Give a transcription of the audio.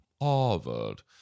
Harvard